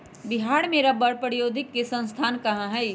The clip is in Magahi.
बिहार में रबड़ प्रौद्योगिकी के संस्थान कहाँ हई?